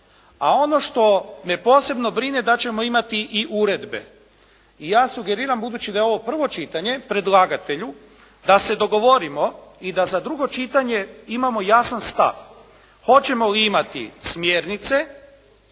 a ono što me posebno brine, da ćemo imati i uredbe. I ja sugeriram, budući da je ovo prvo čitanje, predlagatelju, da se dogovorimo i da za drugo čitanje imamo jasan stav. Hoćemo li imati smjernice,